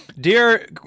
Dear